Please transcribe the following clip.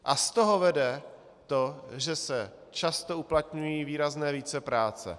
A z toho vede to, že se často uplatňují výrazné vícepráce.